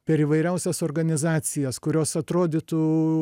per įvairiausias organizacijas kurios atrodytų